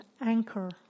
anchor